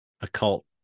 occult